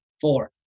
Four